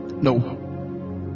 no